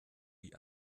wie